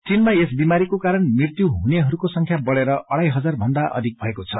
चीनमा यस बिमारीको कारण मृत्यु हुनेहरूको संख्या बढेर अढ़ाई हजार भन्दा अधिक भएको छ